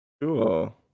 Cool